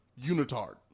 unitard